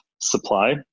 supply